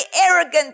arrogant